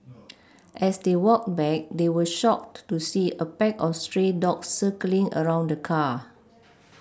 as they walked back they were shocked to see a pack of stray dogs circling around the car